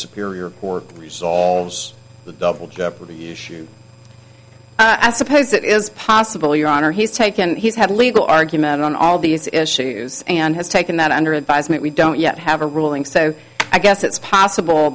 security or solves the double jeopardy issue i suppose it is possible your honor he's taken he's had legal argument on all these issues and has taken that under advisement we don't yet have a ruling so i guess it's possible